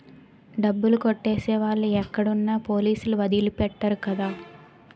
డబ్బులు కొట్టేసే వాళ్ళు ఎక్కడున్నా పోలీసులు వదిలి పెట్టరు కదా